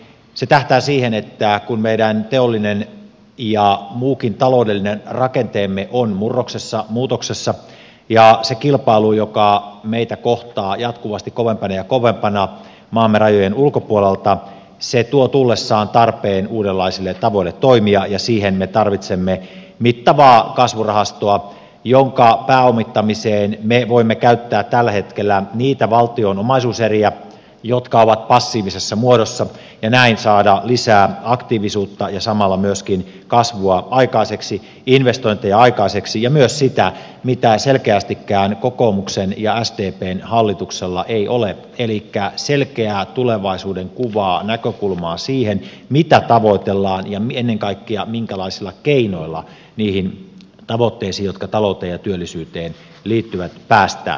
se tähtää siihen että kun meidän teollinen ja muukin taloudellinen rakenteemme on murroksessa muutoksessa ja se kilpailu joka meitä kohtaa jatkuvasti kovempana ja kovempana maamme rajojen ulkopuolelta tuo tullessaan tarpeen uudenlaisille tavoille toimia me tarvitsemme mittavaa kasvurahastoa jonka pääomittamiseen me voimme käyttää tällä hetkellä niitä valtion omaisuuseriä jotka ovat passiivisessa muodossa ja näin saada lisää aktiivisuutta ja samalla myöskin kasvua ja investointeja aikaiseksi ja myös sitä mitä selkeästikään kokoomuksen ja sdpn hallituksella ei ole elikkä selkeää tulevaisuudenkuvaa näkökulmaa siihen mitä tavoitellaan ja ennen kaikkea minkälaisilla keinoilla niihin tavoitteisiin jotka talouteen ja työllisyyteen liittyvät päästään